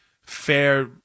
fair